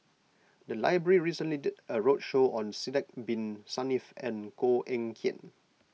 the library recently did a roadshow on Sidek Bin Saniff and Koh Eng Kian